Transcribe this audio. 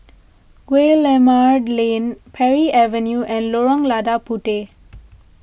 Guillemard Lane Parry Avenue and Lorong Lada Puteh